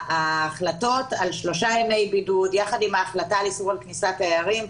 ההחלטות על שלושה ימי בידוד יחד עם ההחלטה על איסור כניסת תיירים,